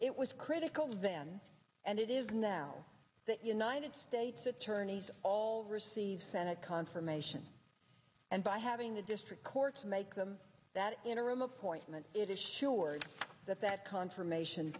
it was critical van and it is now the united states attorneys all receive senate confirmation and by having the district courts make them that interim appointment it is sure that that confirmation